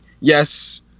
yes